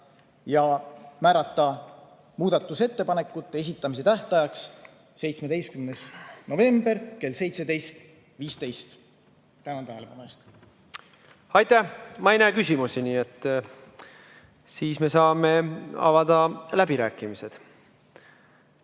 ja määrata muudatusettepanekute esitamise tähtajaks 17. november kell 17.15. Tänan tähelepanu eest! Aitäh! Ma ei näe küsimusi, nii et saame avada läbirääkimised.